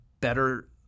better